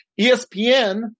ESPN